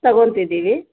ತಗೊತಿದಿವಿ